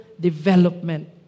development